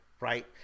right